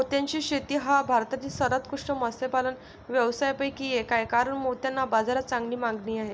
मोत्याची शेती हा भारतातील सर्वोत्कृष्ट मत्स्यपालन व्यवसायांपैकी एक आहे कारण मोत्यांना बाजारात चांगली मागणी आहे